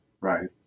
Right